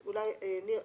נור,